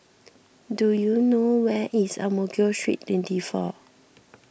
do you know where is Ang Mo Kio Street twenty four